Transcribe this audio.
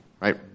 right